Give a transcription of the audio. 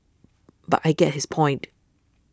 but I get his point